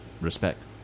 respect